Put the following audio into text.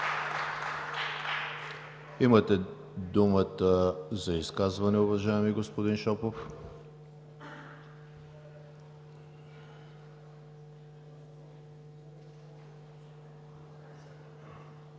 Имате думата за изказване, уважаеми господин Шопов.